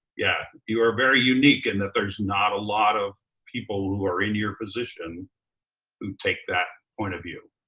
yeah you are very unique in that there's not a lot of people who are in your position who take that point of view.